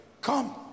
Come